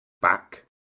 back